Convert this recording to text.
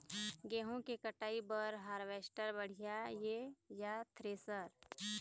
गेहूं के कटाई बर हारवेस्टर बढ़िया ये या थ्रेसर?